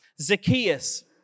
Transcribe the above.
Zacchaeus